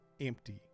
empty